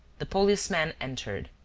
the policeman entered.